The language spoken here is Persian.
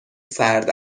سرد